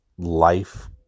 Life